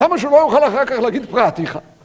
למה שלא יוכל אחר כך להגיד פרעתיך?